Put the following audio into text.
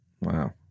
Wow